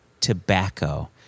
tobacco